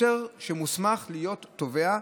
שוטר שמוסמך להיות תובע,